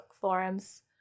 forums